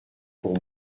pour